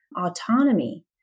autonomy